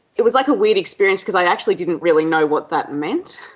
it was like a weird experience because i actually didn't really know what that meant.